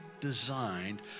designed